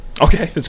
Okay